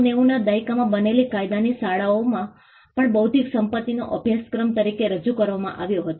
1990 ના દાયકામાં બનેલી કાયદાની શાળાઓમાં પણ બૌદ્ધિક સંપત્તિનો અભ્યાસક્રમ તરીકે રજૂ કરવામાં આવ્યો હતો